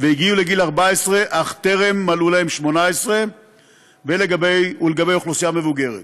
והגיעו לגיל 14 אך טרם מלאו להם 18 ואוכלוסייה מבוגרת.